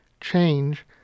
change